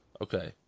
Okay